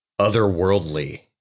otherworldly